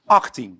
18